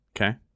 Okay